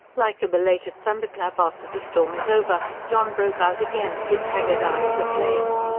like a belated thunderclap after the storm is over, john broke out again, his haggard eyes aflame.